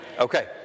Okay